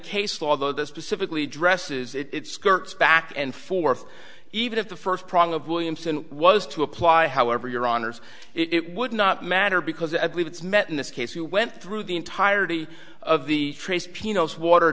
case law though that specifically addresses its skirts back and forth even if the first prong of williamson was to apply however your honors it would not matter because i believe it's met in this case you went through the entirety of the trace peano's water